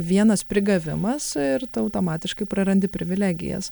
vienas prigavimas ir tu automatiškai prarandi privilegijas